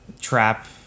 trap